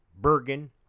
Bergen